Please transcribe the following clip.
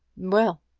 well!